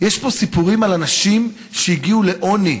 יש פה סיפורים על אנשים שהגיעו לעוני,